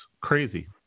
crazy